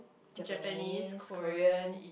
Japanese Korean